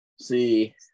See